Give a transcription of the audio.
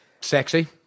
Sexy